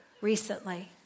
recently